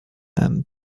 and